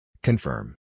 Confirm